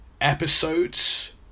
episodes